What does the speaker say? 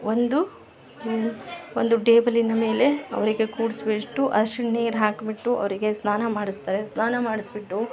ಒಂದು ಒಂದು ಟೇಬಲಿನ ಮೇಲೆ ಅವರಿಗೆ ಕೂರ್ಸ್ಬಿಟ್ಟು ಅರ್ಶಿನ ನೀರು ಹಾಕ್ಬಿಟ್ಟು ಅವರಿಗೆ ಸ್ನಾನ ಮಾಡಸ್ತಾರೆ ಸ್ನಾನ ಮಾಡ್ಸ್ಬಿಟ್ಟು